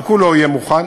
אבל כולו יהיה מוכן